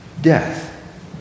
death